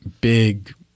big